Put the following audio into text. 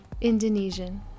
Indonesian